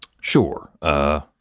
Sure